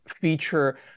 feature